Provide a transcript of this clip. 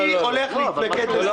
אני הולך להתנגד לזה,